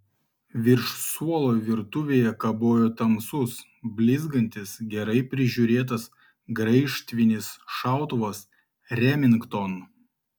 virš suolo virtuvėje kabojo tamsus blizgantis gerai prižiūrėtas graižtvinis šautuvas remington